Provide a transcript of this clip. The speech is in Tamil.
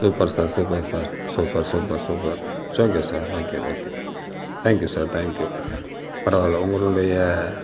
super sir super sir super super super it's okay sir okay right thank you sir thank you பரவாயில்ல உங்களுடைய